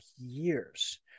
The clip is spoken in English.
years